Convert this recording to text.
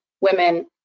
women